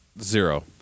Zero